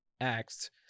acts